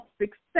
success